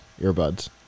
Earbuds